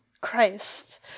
Christ